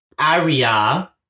area